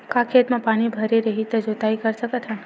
का खेत म पानी भरे रही त जोताई कर सकत हन?